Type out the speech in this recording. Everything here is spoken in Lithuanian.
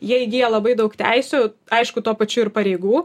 jie įgyja labai daug teisių aišku tuo pačiu ir pareigų